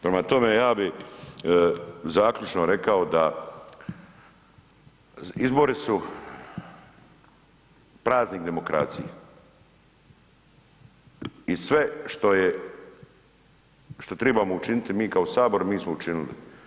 Prema tome, ja bih zaključno rekao da izbori su praznik demokracije i sve što je, što tribamo učiniti mi kao Sabor mi smo učinili.